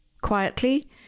Quietly